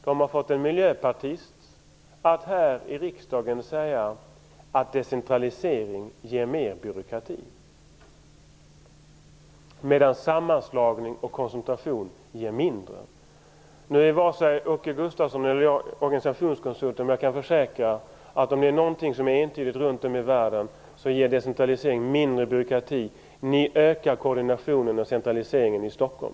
De har fått en miljöpartist att här i riksdagen säga att decentralisering ger mer byråkrati medan sammanslagning och koncentration ger mindre. Nu är varken Åke Gustavsson eller jag organisationskonsulter, men jag kan försäkra att om det är någonting som är entydigt runt om i världen är det att decentralisering ger mindre byråkrati. Ni ökar koordinationen och centraliseringen i Stockholm.